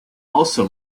also